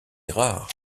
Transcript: rare